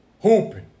Hooping